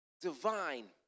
divine